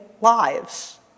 lives